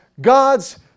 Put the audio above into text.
God's